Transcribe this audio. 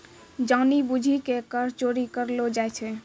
जानि बुझि के कर चोरी करलो जाय छै